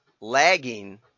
lagging